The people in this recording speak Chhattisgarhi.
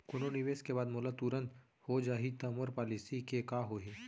कोनो निवेश के बाद मोला तुरंत हो जाही ता मोर पॉलिसी के का होही?